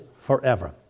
forever